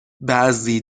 بعضی